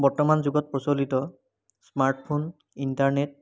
বৰ্তমান যুগত প্ৰচলিত স্মাৰ্টফোন ইণ্টাৰনেট